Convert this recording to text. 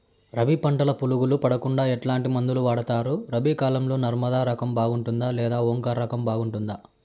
రబి పంటల పులుగులు పడకుండా ఎట్లాంటి మందులు వాడుతారు? రబీ కాలం లో నర్మదా రకం బాగుంటుందా లేదా ఓంకార్ రకం బాగుంటుందా?